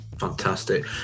Fantastic